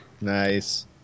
Nice